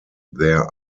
there